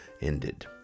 ended